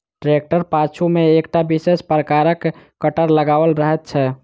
ट्रेक्टरक पाछू मे एकटा विशेष प्रकारक कटर लगाओल रहैत छै